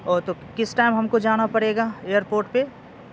او تو کس ٹائم ہم کو جانا پڑے گا ایئر پورٹ پہ